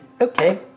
Okay